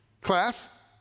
Class